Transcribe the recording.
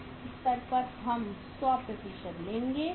इस स्तर पर हम 100 लेंगे